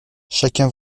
chacun